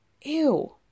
Ew